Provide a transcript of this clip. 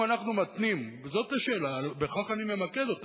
אם אנחנו מתנים, וזאת השאלה, ובכך אני ממקד אותה,